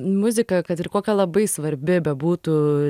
muzika kad ir kokia labai svarbi bebūtų